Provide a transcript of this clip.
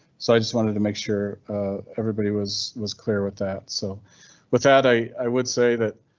so i just wanted to make sure everybody was was clear with that. so with that i i would say that.